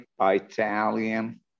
italian